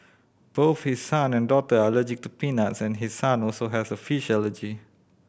both his son and daughter are allergic to peanuts and his son also has a fish allergy